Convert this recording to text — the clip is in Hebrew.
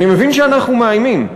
אני מבין שאנחנו מאיימים,